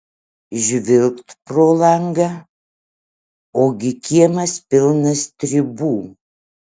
žvilgt pro langą ogi kiemas pilnas stribų